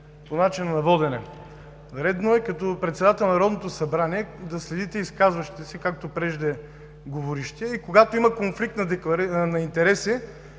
По начина на водене – редно е като председател на Народното събрание да следите изказващите се, както преждеговорившия, и когато има конфликт на интереси,